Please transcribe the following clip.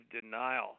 denial